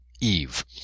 Eve